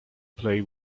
play